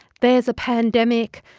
there's a pandemic.